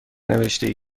نوشیده